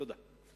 תודה.